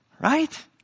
Right